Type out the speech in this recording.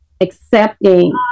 accepting